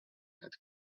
had